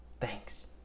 Thanks